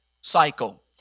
Cycle